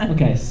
Okay